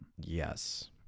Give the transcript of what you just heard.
Yes